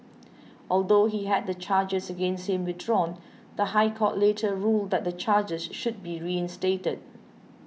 although he had the charges against him withdrawn the High Court later ruled that the charges should be reinstated